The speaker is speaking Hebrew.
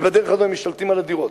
ובדרך הזאת הם משתלטים על הדירות.